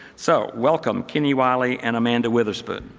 so welcome, kenny while i and amanda weatherspoon.